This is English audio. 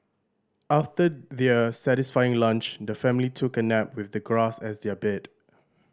after their satisfying lunch the family took a nap with the grass as their bed